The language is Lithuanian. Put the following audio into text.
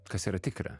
kas yra tikra